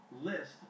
list